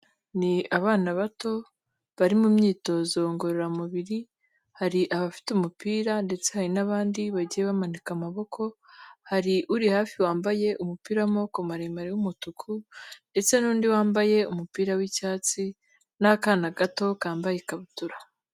Ni abana bato bari mu myitozo ngororamubiri, hari abafite umupira ndetse hari n'abandi bagiye bamanika amaboko, hari uri hafi wambaye umupira w'amaboko maremare y'umutuku, ndetse n'undi wambaye umupira w'icyatsi, n'akana gato kambaye ikabutura.